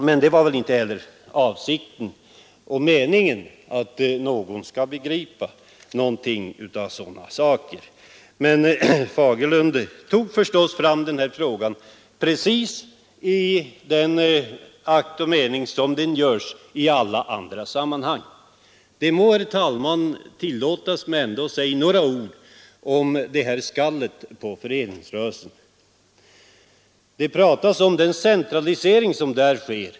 Men avsikten är väl inte heller att någon skall begripa någonting av sådana saker. Herr Fagerlund tog förstås fram denna fråga precis i samma akt och mening som den tas fram i i annat sammanhang. Det må, herr talman, ändå tillåtas mig att säga några ord om skallet på föreningsrörelsen. Det pratas om den centralisering som där sker.